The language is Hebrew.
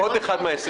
עוד אחד מההישגים.